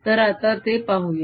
तर आता ते पाहूया